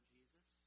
Jesus